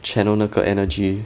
channel 那个 energy